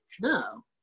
No